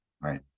Right